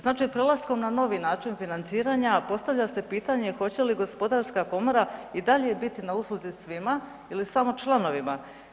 Znači prelaskom na novi način financiranja postavlja se pitanje hoće li Gospodarska komora i dalje biti na usluzi svima ili samo članovima?